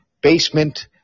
basement